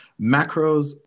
macros